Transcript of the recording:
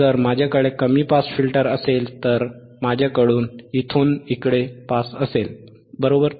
जर माझ्याकडे कमी पास फिल्टर असेल तर माझ्याकडे इथून इकडे पास असेल बरोबर